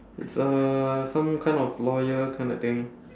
it's uh some kind of lawyer kind of thing